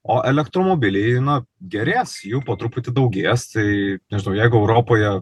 o elektromobiliai na gerės jų po truputį daugės tai nežinau jeigu europoje